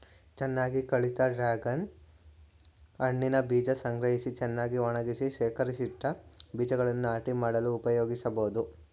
ಚೆನ್ನಾಗಿ ಕಳಿತ ಡ್ರಾಗನ್ ಹಣ್ಣಿನ ಬೀಜ ಸಂಗ್ರಹಿಸಿ ಚೆನ್ನಾಗಿ ಒಣಗಿಸಿ ಶೇಖರಿಸಿಟ್ಟ ಬೀಜಗಳನ್ನು ನಾಟಿ ಮಾಡಲು ಉಪಯೋಗಿಸ್ಬೋದು